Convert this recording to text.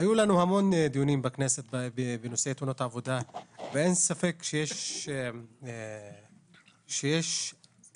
היו לנו המון דיונים בכנסת בנושא תאונות עבודה ואין ספק שיש לנו